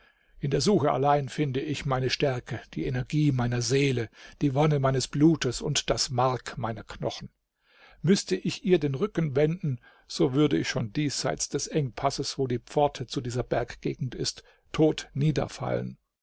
in der suche allein finde ich meine stärke die energie meiner seele die wonne meines blutes und das mark meiner knochen müßte ich ihr den rücken wenden so würde ich schon diesseits des engpasses wo die pforte zu dieser berggegend ist tot niederfallen